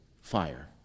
fire